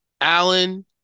Allen